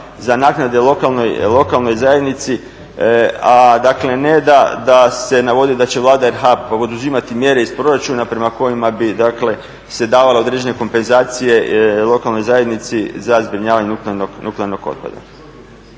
za naknade lokalnoj zajednici, a ne da se navodi da će Vlada RH poduzimati mjere iz proračuna prema kojima bi dakle se davale određene kompenzacije lokalnoj zajednici za zbrinjavanje nuklearnog otpada.